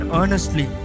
earnestly